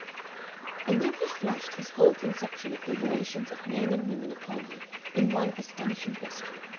and then he flashed his whole conception of the relations of men and women upon her in one astonishing question.